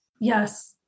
Yes